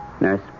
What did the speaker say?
Nurse